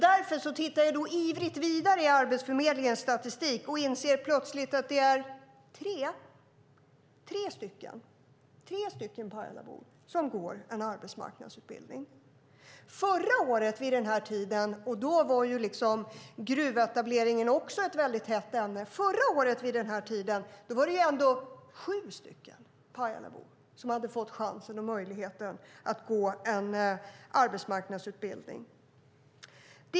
Därför tittar jag ivrigt vidare i Arbetsförmedlingens statistik och inser plötsligt att det är tre Pajalabor som går en arbetsmarknadsutbildning. Förra året vid den här tiden, då gruvetableringen också var ett väldigt hett ämne, var det ändå sju Pajalabor som hade fått chansen och möjligheten att gå en arbetsmarknadsutbildning.